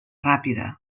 ràpida